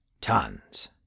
Tons